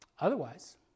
Otherwise